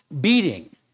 beating